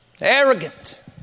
Arrogant